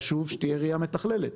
חשוב שתהיה ראייה מתכללת.